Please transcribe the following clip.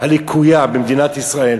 במדינת ישראל.